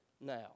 now